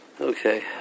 Okay